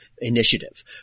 initiative